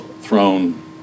thrown